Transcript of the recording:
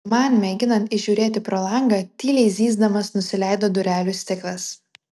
man mėginant įžiūrėti pro langą tyliai zyzdamas nusileido durelių stiklas